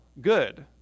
good